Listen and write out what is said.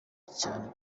cyane